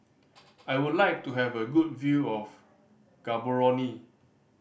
I would like to have a good view of Gaborone